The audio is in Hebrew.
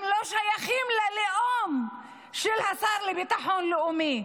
גם לא שייכים ללאום של השר לביטחון לאומי,